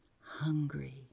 hungry